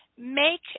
make